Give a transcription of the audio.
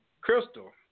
Crystal